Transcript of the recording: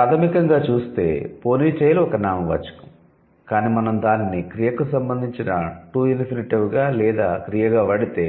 ప్రాథమికoగా చూస్తే 'pony tail' ఒక నామవాచకం కానీ మనం దానిని 'క్రియకు' సంబందించిన 'to టు ఇంఫినిటివ్' గా లేదా 'క్రియ'గా వాడితే